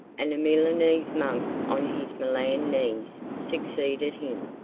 and a milanese monk on his milan knees succeeded him.